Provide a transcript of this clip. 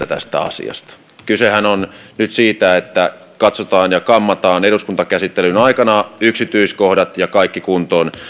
mieltä tästä asiasta kysehän on nyt siitä että katsotaan ja kammataan eduskuntakäsittelyn aikana yksityiskohdat ja kaikki kuntoon